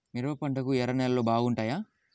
మిరప పంటకు ఎర్ర నేలలు బాగుంటాయా?